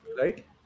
right